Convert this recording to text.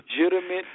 legitimate